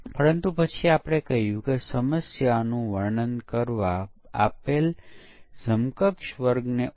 આ સવાલનો જવાબ આપવા માટે આપણે પહેલા કહીશું કે વેરિફિકેશન નિર્ધારિત કરશે કે શું આપણે સોફ્ટવેરને બરાબર બનાવી રહ્યા છીએ કે કેમ